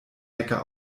hacker